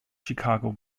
chicago